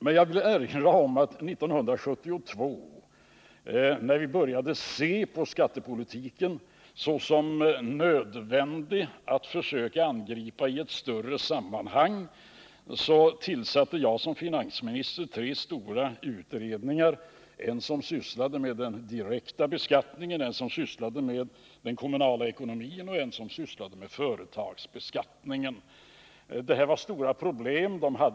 Men jag vill erinra om att 1972, då vi började se på skattepolitiken i ett större sammanhang, tillsatte jag som finansminister tre stora utredningar — en som sysslade med den direkta beskattningen, en som sysslade med den kommunala ekonomin och en som sysslade med företagsbeskattningen. Det var stora problem att ta sig an.